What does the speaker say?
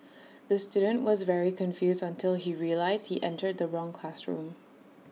the student was very confused until he realised he entered the wrong classroom